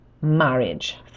marriage